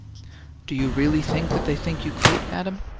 do you really think that they think you could, adam?